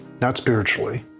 not spiritually,